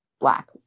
black